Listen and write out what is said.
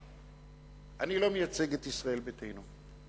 אני לא מייצג את ישראל ביתנו.